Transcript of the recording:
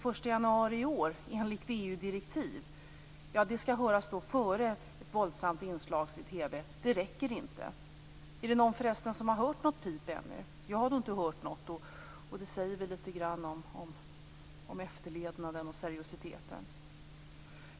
EU-direktiv skall höras före ett våldsamt inslag i TV räcker inte. Är det förresten någon som har hört något pip ännu? Jag har då inte hört något. Det säger väl lite grann om efterlevnaden och seriositeten.